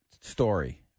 story